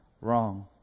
wrong